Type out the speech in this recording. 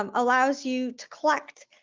um allows you to collect.